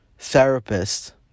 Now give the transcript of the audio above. therapist